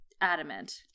adamant